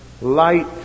light